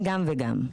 גם וגם.